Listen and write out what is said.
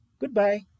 goodbye